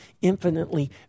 infinitely